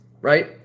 Right